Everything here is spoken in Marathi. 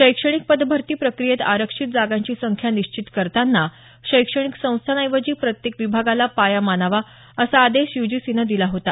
शैक्षणिक पदभरती प्रक्रियेत आरक्षित जागांची संख्या निश्चित करताना शैक्षणिक संस्थांऐवजी प्रत्येक विभागाला पाया मानावा असा आदेश यूजीसीनं दिला होता